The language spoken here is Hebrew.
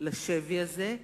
לשבי הזה,